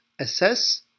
assess